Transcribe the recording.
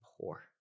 poor